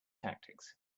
tactics